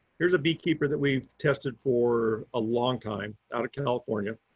here's a beekeeper that we've tested for a long time out of california.